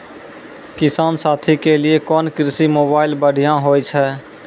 किसान साथी के लिए कोन कृषि मोबाइल बढ़िया होय छै?